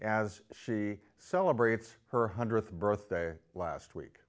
as she celebrates her hundredth birthday last week